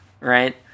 Right